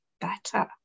better